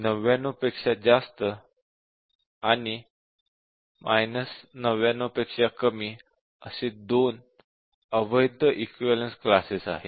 99 पेक्षा जास्त आणि 99 पेक्षा कमी असे २ अवैध इक्विवलेन्स क्लासेस आहेत